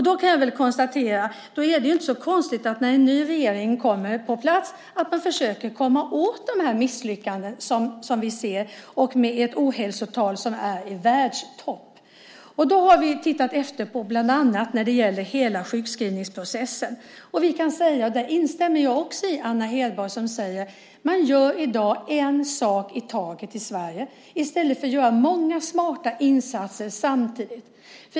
Då kan jag konstatera att det väl inte är så konstigt att när en ny regering kommer på plats försöker man komma åt dessa misslyckanden som vi ser och ett ohälsotal som är i världstopp. Vi har tittat bland annat på hela sjukskrivningsprocessen. Där instämmer jag också med Anna Hedborg, som säger att man i dag gör en sak i taget i Sverige i stället för att göra många smarta insatser samtidigt.